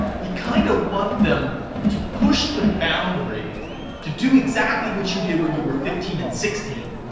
you kind of want them to push the boundary to do exactly what you did when you were fifteen and sixteen,